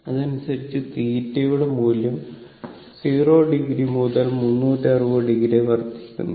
അതനുസരിച്ച് θ യുടെ മൂല്യം 00 മുതൽ 360o വരെ വർദ്ധിക്കുന്നു